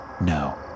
No